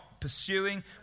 pursuing